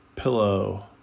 pillow